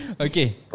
Okay